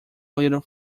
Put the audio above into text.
little